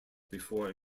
before